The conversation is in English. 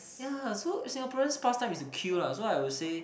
ya so Singaporeans past time is to queue lah so I would say